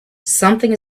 something